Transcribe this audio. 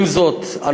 עם זאת,